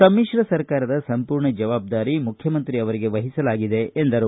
ಸಮಿತ್ರ ಸರ್ಕಾರದ ಸಂಪೂರ್ಣ ಜವಾಬ್ದಾರಿ ಮುಖ್ಯಮಂತ್ರಿ ಅವರಿಗೆ ವಹಿಸಲಾಗಿದೆ ಎಂದರು